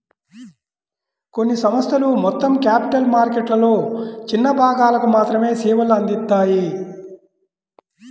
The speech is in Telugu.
కొన్ని సంస్థలు మొత్తం క్యాపిటల్ మార్కెట్లలో చిన్న భాగాలకు మాత్రమే సేవలు అందిత్తాయి